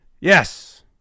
yes